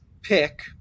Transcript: pick